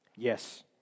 Yes